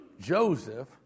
Joseph